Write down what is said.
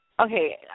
Okay